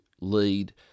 lead